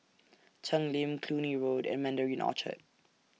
Cheng Lim Cluny Road and Mandarin Orchard